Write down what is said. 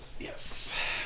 yes